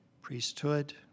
priesthood